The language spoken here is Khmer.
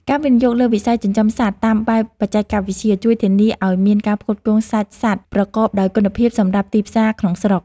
ការវិនិយោគលើវិស័យចិញ្ចឹមសត្វតាមបែបបច្ចេកទេសជួយធានាឱ្យមានការផ្គត់ផ្គង់សាច់សត្វប្រកបដោយគុណភាពសម្រាប់ទីផ្សារក្នុងស្រុក។